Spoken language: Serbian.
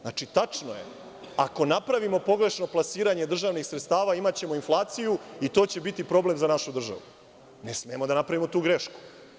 Znači, tačno je, ako napravimo pogrešno plasiranje državnih sredstava imaćemo inflaciju i to će biti problem za našu državu, ne smemo da napravimo tu grešku.